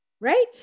right